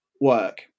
work